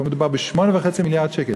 פה מדובר ב-8.5 מיליארד שקל.